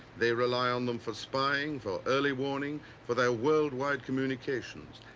they rely on them for spying, for early warning, for their world-wide communications.